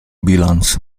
bilans